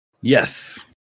Yes